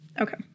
Okay